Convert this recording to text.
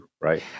right